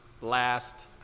last